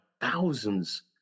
thousands